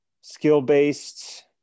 Skill-based